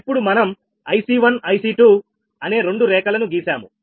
ఇప్పుడు మనం 𝐼𝐶 1𝐼𝐶 2 అనే రెండు రేఖలను గీశాము